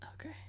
Okay